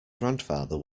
grandfather